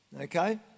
okay